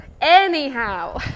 Anyhow